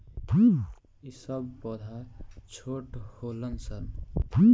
ई सब पौधा छोट होलन सन